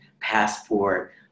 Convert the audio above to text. passport